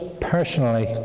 personally